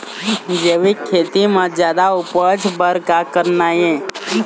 जैविक खेती म जादा उपज बर का करना ये?